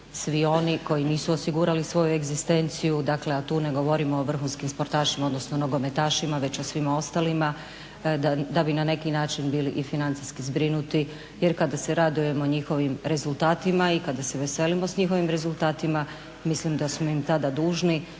svi oni koji nisu osigurali svoju egzistenciju dakle a tu ne govorimo o vrhunskim sportašima odnosno nogometašima već o svima ostalima da bi na neki način bili i financijski zbrinuti jer kada se radujemo njihovim rezultatima i kada se veselimo s njihovim rezultatima mislim da smo im tada dužni